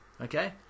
Okay